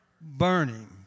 Burning